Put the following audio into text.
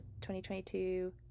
2022